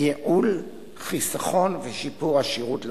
ייעול, חיסכון ושיפור השירות לציבור.